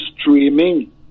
streaming